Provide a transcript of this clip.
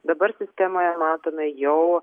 dabar sistemoje matome jau